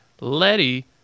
Letty